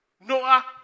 Noah